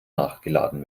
nachgeladen